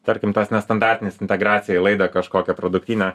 tarkim tas nestandartinis integracija į laidą kažkokią produktynę